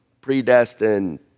predestined